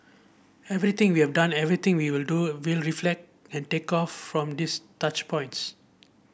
everything we have done everything we will do will reflect and take off from these touch points